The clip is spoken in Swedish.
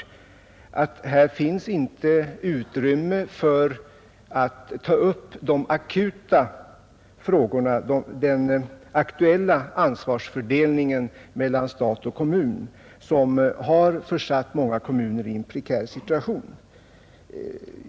Inom ramen för här nämnda utredningar finns det inte utrymme att ta upp de akuta frågorna, den aktuella ansvarsoch kostnadsfördelningen mellan stat och kommun, som har försatt många kommuner i en prekär situation.